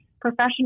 professional